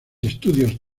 estudios